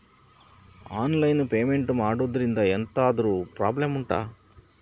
online payment ಮಾಡುದ್ರಿಂದ ಎಂತಾದ್ರೂ problem ಉಂಟಾ